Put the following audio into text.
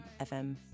FM